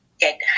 get